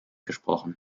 gesprochen